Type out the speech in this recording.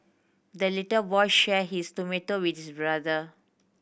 the little boy shared his tomato with his brother